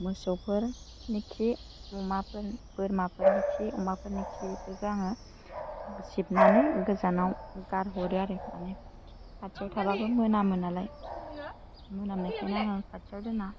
मोसौफोरनि खि अमाफोर बोरमाफोरनि खि अमाफोरनि खि बेफोरखौ आङो सिबनानै गोजानाव गारहरो आरो मानि खाथि थाबाबो मोनामो नालाय मोनामनायखाय आङो खाथियाव दोना